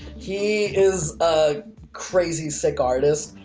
he is a crazy sick artist,